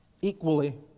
equally